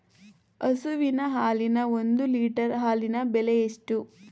ಹಸುವಿನ ಹಾಲಿನ ಒಂದು ಲೀಟರ್ ಹಾಲಿನ ಬೆಲೆ ಎಷ್ಟು?